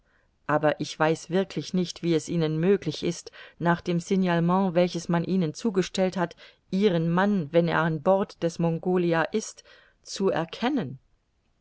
aber ich weiß wirklich nicht wie es ihnen möglich ist nach dem signalement welches man ihnen zugestellt hat ihren mann wenn er an bord des mongolia ist zu erkennen